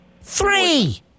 Three